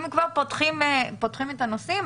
אם כבר פותחים את הנושאים,